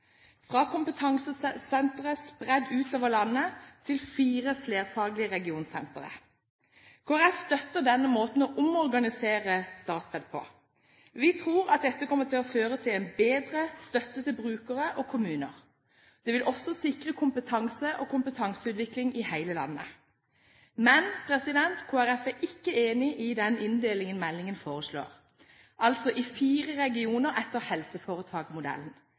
fra kompetansesentre spredt utover landet til fire flerfaglige regionssentre. Kristelig Folkeparti støtter denne måten å omorganisere Statped på, og vi tror dette kommer til å føre til en bedre støtte til brukere og kommuner. Det vil også sikre kompetanse og kompetanseutvikling i hele landet. Men Kristelig Folkeparti er ikke enig i den inndelingen meldingen foreslår, altså i fire regioner etter